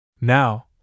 now